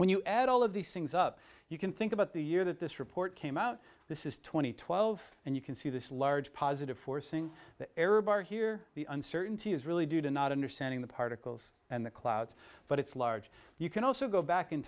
when you add all of these things up you can think about the year that this report came out this is two thousand and twelve and you can see this large positive forcing error bar here the uncertainty is really due to not understanding the particles and the clouds but it's large you can also go back in